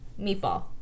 Meatball